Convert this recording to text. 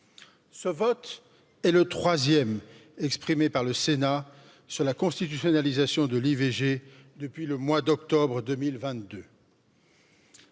ce vote est le troisième exprimé par le sénat sur la constitutionnalisation de l'i v g depuis le mois d'octobre deux